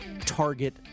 target